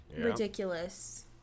Ridiculous